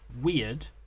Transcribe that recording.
Weird